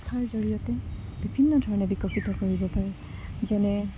ভাষাৰ জৰিয়তে বিভিন্ন ধৰণে বিকশিত কৰিব পাৰে যেনে